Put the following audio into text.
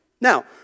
Now